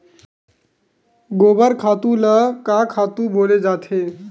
गोबर खातु ल का खातु बोले जाथे?